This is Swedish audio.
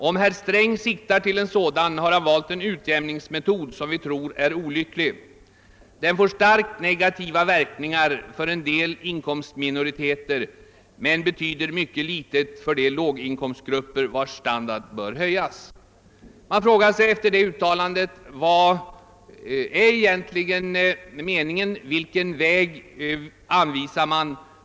Om herr Sträng siktar till en sådan har han valt en utjämningsmetod som vi tror är olycklig. Den får starkt negativa verkningar för en del inkomstminoriteter men betyder mycket litet för de låginkomstgrupper vars standard bör höjas.» Man frågar sig efter detta uttalande vad som egentligen är meningen. Vilken väg anvisar man?